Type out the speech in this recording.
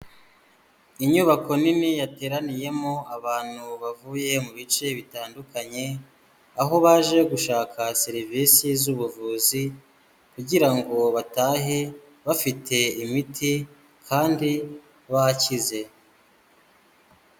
Inyubako nini yateraniyemo abantu bavuye mu bice bitandukanye, aho baje gushaka serivisi z'ubuvuzi kugira ngo batahe bafite imiti kandi bakize.